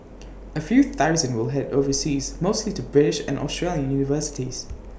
A few thousand will Head overseas mostly to British and Australian universities